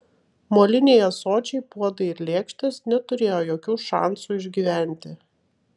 moliniai ąsočiai puodai ir lėkštės neturėjo jokių šansų išgyventi